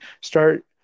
start